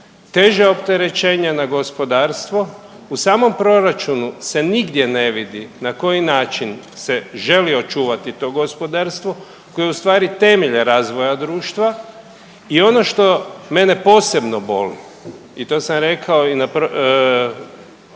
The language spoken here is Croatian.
teža opterećenja na gospodarstvo. U samom proračunu se nigdje ne vidi na koji način se želi očuvati to gospodarstvo koje je ustvari temelj razvoja društva. I ono što mene posebno boli i to sam rekao i na Odboru,